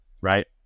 Right